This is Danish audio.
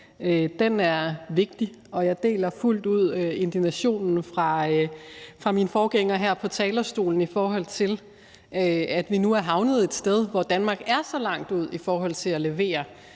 Den er vigtig, og jeg deler fuldt ud indignationen fra min forgænger her på talerstolen, i forhold til at vi nu er havnet et sted, hvor Danmark er så langt ude i forhold til at levere